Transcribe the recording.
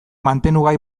mantenugai